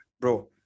bro